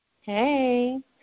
Hey